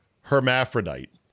hermaphrodite